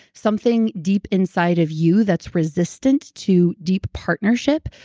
something deep inside of you that's resistant to deep partnership,